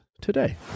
today